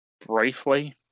Briefly